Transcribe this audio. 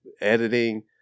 editing